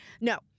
No